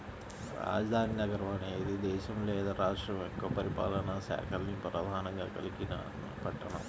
రాజధాని నగరం అనేది దేశం లేదా రాష్ట్రం యొక్క పరిపాలనా శాఖల్ని ప్రధానంగా కలిగిన పట్టణం